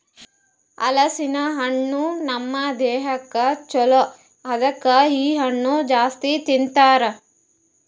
ಹಲಸಿನ ಹಣ್ಣು ನಮ್ ದೇಹಕ್ ಛಲೋ ಅದುಕೆ ಇ ಹಣ್ಣು ಜಾಸ್ತಿ ಬೆಳಿತಾರ್